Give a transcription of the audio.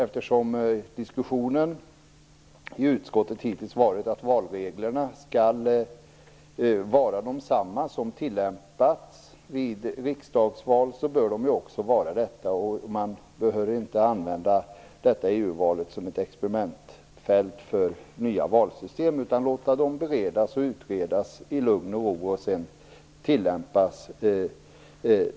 Eftersom diskussionen i utskottet hittills har gått ut på att man skall tillämpa samma valregler som vid riksdagsval, bör det också bli på det sättet. Man behöver inte använda EU-valet som ett experimentfält för nya valsystem utan låta dem beredas och utredas i lugn och ro.